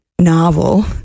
novel